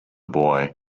boy